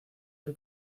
del